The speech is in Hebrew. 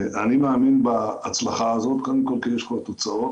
אני מאמין בהצלחה הזאת, קודם כל כי יש כבר תוצאות,